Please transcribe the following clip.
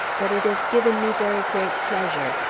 but it has given me very great pleasure,